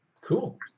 Cool